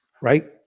right